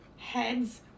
heads